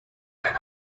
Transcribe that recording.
can